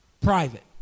Private